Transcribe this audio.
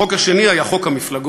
החוק השני היה חוק המפלגות,